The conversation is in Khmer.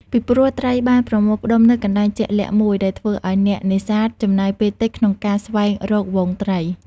ពីព្រោះ ត្រីបានប្រមូលផ្តុំនៅកន្លែងជាក់លាក់មួយ ដែលធ្វើឱ្យអ្នកនេសាទចំណាយពេលតិចក្នុងការស្វែងរកហ្វូងត្រី។